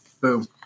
Boom